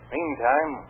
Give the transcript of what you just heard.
Meantime